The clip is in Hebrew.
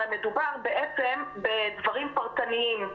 הרי מדובר בעצם בדברים פרטניים,